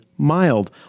mild